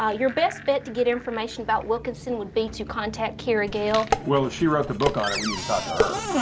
ah your best bet to get information about wilkinson would be to contact kira gale. well, if she wrote the book on it, we need to talk to her.